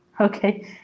Okay